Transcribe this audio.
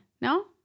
No